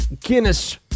Guinness